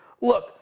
Look